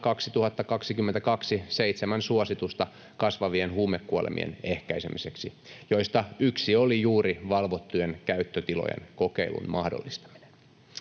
2022 seitsemän suositusta kasvavien huumekuolemien ehkäisemiseksi, joista yksi oli juuri valvottujen käyttötilojen kokeilun mahdollistaminen.